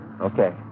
Okay